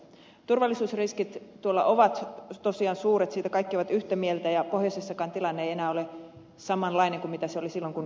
turvallisuusriskit tuolla ovat tosiaan suuret siitä kaikki ovat yhtä mieltä ja pohjoisessakaan tilanne ei enää ole samanlainen kuin mitä se oli silloin kun sinne menimme